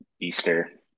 Easter